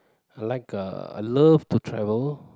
I like uh I love to travel